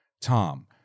Tom